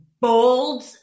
bold